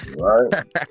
Right